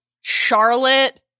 Charlotte